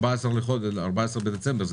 14 בדצמבר,